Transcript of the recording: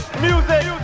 music